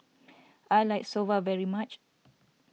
I like Soba very much